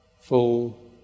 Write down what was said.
full